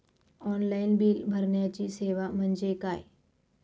Online bill भरण्याची सेवा म्हणजे काय?